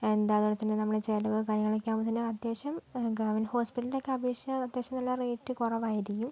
എന്താ അതുപോലെ തന്നെ നമ്മൾ ചിലവ് കാര്യങ്ങളൊക്കെ ആകുന്നില്ലേ അത്യാവശ്യം ഗവൺമെൻറ് ഹോസ്പിറ്റലുകളൊക്കെ അപേക്ഷിച്ച് അത്യാവശ്യം നല്ല റേറ്റ് കുറവായിരിക്കും